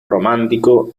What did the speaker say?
romántico